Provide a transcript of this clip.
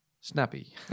snappy